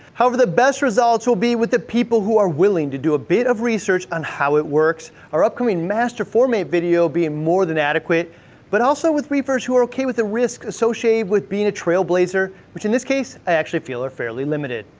however the best results will be with the people who are willing to do a bit of research on how it works, our upcoming master formate video will be and more than adequate but also with reefers who are okay with a risk associated with being a trailblazer, which in this case, i actually feel are fairly limited.